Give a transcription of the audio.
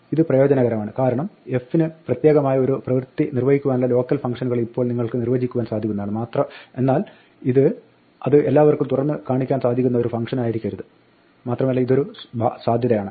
ഇത് പ്രയോജനകരമാണ് കാരണം f ന് പ്രത്യേകമായ ഒരു പ്രവൃത്തി നിർവ്വഹിക്കുവാനുള്ള ലോക്കൽ ഫംഗ്ഷനുകൾ ഇപ്പോൾ നിങ്ങൾക്ക് നിർവ്വചിക്കുവാൻ സാധിക്കുന്നതാണ് എന്നാൽ അത് മറ്റെല്ലാവർക്കും തുറന്നു കാണാൻ സാധിക്കുന്ന ഒരു ഫംഗ്ഷനായിരിക്കരുത് മാത്രമല്ല ഇതൊരു സാധ്യതയാണ്